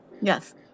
Yes